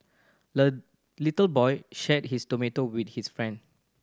the little boy shared his tomato with his friend